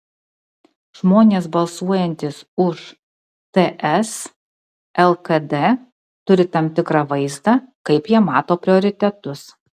žmonės balsuojantys už ts lkd turi tam tikrą vaizdą kaip jie mato prioritetus